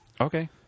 Okay